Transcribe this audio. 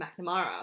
McNamara